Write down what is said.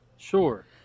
Sure